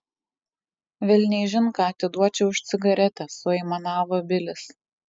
velniaižin ką atiduočiau už cigaretę suaimanavo bilis